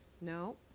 No